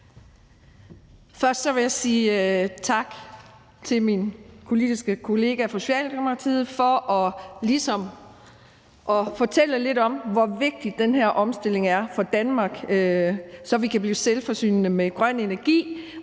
Først vil jeg sige tak til min politiske kollega fra Socialdemokratiet for ligesom at fortælle lidt om, hvor vigtig den her omstilling er for Danmark, så vi kan blive selvforsynende med grøn energi